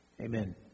amen